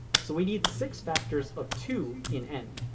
so we need six factors of two in n.